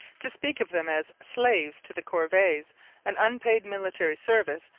to speak of them as slaves to the corvees and unpaid military service,